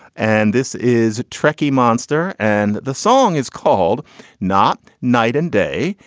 and this is a trekkie monster. and the song is called not night and day.